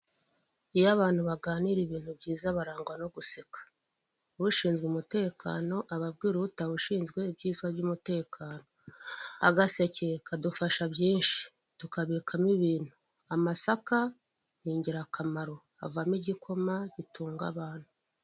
Iyo abantu baganira ibintu byiza barangwa no guseka. Ushinzwe umutekano aba abwira utawushinzwe ibyiza by'umutekano. Agaseke kadufasha byinshi tukabikamo ibintu. Amasaka ni ingirakamaro avamo igikoma gitunga abantu.